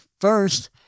first